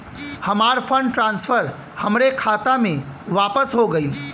हमार fund transfer हमरे खाता मे वापस हो गईल